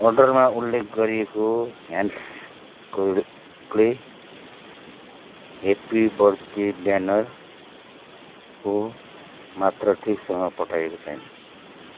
अर्डरमा उल्लेख गरिएको ह्यान्क्ले हेप्पी बर्थडे ब्यानरको मात्रा ठिकसँग पठाइएको छैन